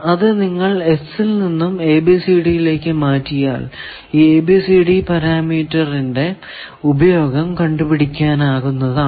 അത് നിങ്ങൾ S ൽ നിന്നും ABCD യിലേക്ക് മാറ്റിയാൽ ഈ ABCD പാരാമീറ്ററിന്റെ ഉപയോഗം കണ്ടുപിടിക്കാനാവുന്നതാണ്